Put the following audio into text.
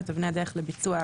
את אבני הדרך לביצוע העבודות,